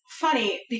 funny